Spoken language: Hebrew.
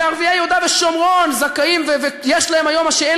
וערביי יהודה ושומרון זכאים ויש להם היום מה שאין